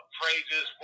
phrases